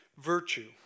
virtue